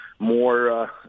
More